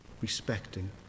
respecting